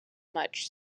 much